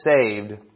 saved